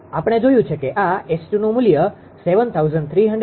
આપણે જોયું છે કે આ 𝑆2નુ મૂલ્ય 7397